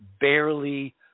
barely